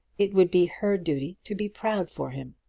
it would be her duty to be proud for him,